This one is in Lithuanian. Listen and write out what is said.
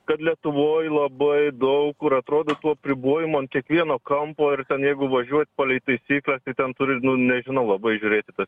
kad lietuvoj labai daug kur atrodo tų apribojimų ant kiekvieno kampo ir ten jeigu važiuot palei taisykles ten turi nu nežinau labai žiūrėt į tas